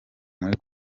muri